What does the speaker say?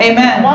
Amen